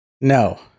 No